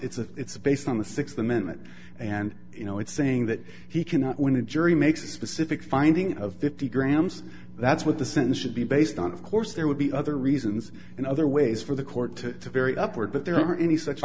brought it's based on the sixth amendment and you know it saying that he cannot when a jury makes a specific finding of fifty grams that's what the sentence should be based on of course there would be other reasons and other ways for the court to vary upward but there aren't any such